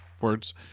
words